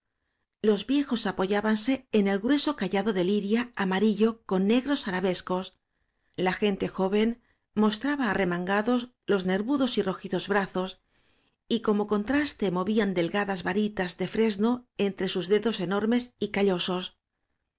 los viejos apoyában se en el grueso cayado de liria amarillo con ne gros arabescos la gente joven mostraba arre mangados los nervudos y rojizos brazos y como contraste movían delgadas varitas de fresno entre sus dedos enormes y callosos